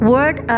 Word